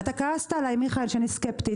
ואתה כעסת עליי, מיכאל, שאני סקפטית?